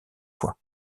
fois